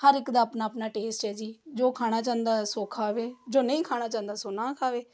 ਹਰ ਇੱਕ ਦਾ ਆਪਣਾ ਆਪਣਾ ਟੇਸਟ ਹੈ ਜੀ ਜੋ ਖਾਣਾ ਚਾਹੁੰਦਾ ਸੋ ਖਾਵੇ ਜੋ ਨਹੀਂ ਖਾਣਾ ਚਾਹੁੰਦਾ ਸੋ ਨਾ ਖਾਵੇ